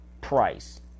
price